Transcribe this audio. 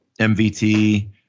MVT